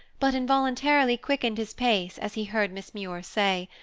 but involuntarily quickened his pace as he heard miss muir say,